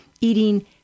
Eating